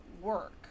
work